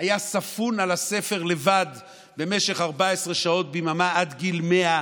היה ספון על הספר לבד במשך 14 שעות ביממה עד גיל 100,